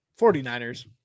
49ers